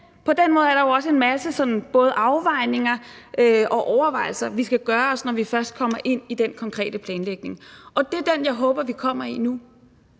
På den måde er der jo også en masse både afvejninger og overvejelser, vi skal gøre os, når vi først kommer til den konkrete planlægning. Og det er den, jeg håber at vi kommer til nu.